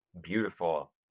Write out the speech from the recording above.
beautiful